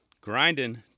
grinding